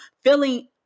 feeling